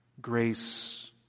Grace